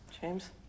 James